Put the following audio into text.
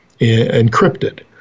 encrypted